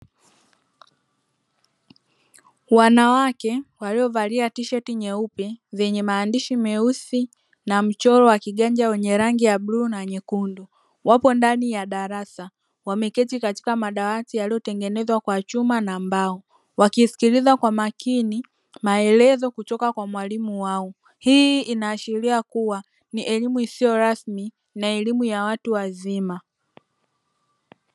Wanawake waliovalia tisheti nyeupe zenye maandishi meusi na mchoro wa kiganja wenye rangi ya bluu na nyekundu, wapo ndani ya darasa wameketi katika madawati yaliyotengenezwa kwa chuma na mbao wakisikiliza kwa makini maelezo kutoka kwa mwalimu wao. Hii inaashiria kuwa ni elimu isiyo rasmi na elimu ya watu wazima.